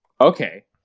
okay